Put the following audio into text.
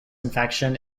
infection